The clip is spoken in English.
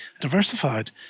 diversified